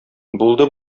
булды